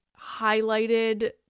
highlighted